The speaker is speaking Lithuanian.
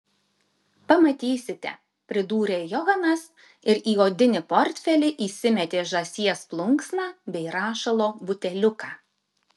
pamatysite pridūrė johanas ir į odinį portfelį įsimetė žąsies plunksną bei rašalo buteliuką